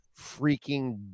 freaking